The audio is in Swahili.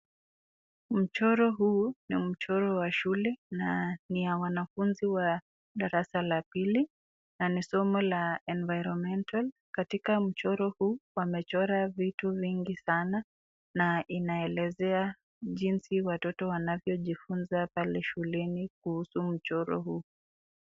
Mchoro huu ni mchoro wa shule na ni ya wanafunziwa darasa la pili na ni somo la environmental katika mchoro huu wamechora vitu vingi sana na inaelezea jinsi watoto wanavyojifunza pale shuleni kuhusu mchoro huu.